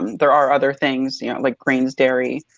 there are other things you know like grains, dairy.